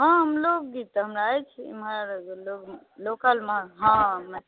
हॅं लोक गीत तऽ हमरा अछि एम्हर लोकल मे हॅं